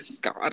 God